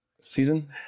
season